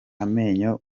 amenyo